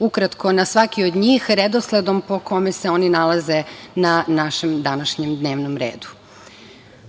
osvrnuti na svaki od njih redosledom po kome se oni nalaze na našem današnjem dnevnom redu.